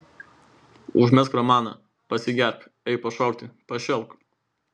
užmegzk romaną pasigerk eik pašokti pašėlk